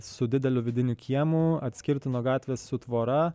su dideliu vidiniu kiemu atskirtu nuo gatvės su tvora